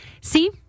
see